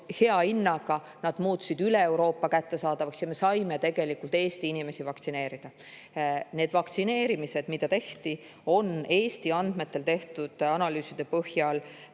hea hinnaga, nad muutusid üle Euroopa kättesaadavaks ja me saime tegelikult Eesti inimesi vaktsineerida. Need vaktsineerimised, mis tehti, on Eesti andmetel tehtud analüüside põhjal